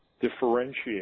differentiate